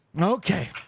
Okay